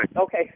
Okay